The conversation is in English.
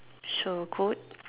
so good